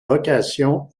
vocation